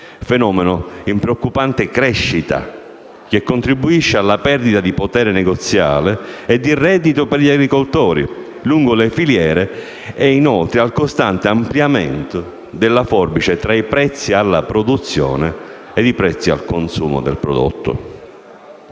fenomeno in preoccupante crescita che contribuisce alla perdita di potere negoziale e di reddito per gli agricoltori lungo le filiere e al costante ampliamento della forbice tra i prezzi alla produzione e i prezzi al consumo del prodotto.